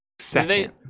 second